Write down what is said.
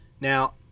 Now